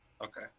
Okay